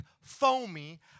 foamy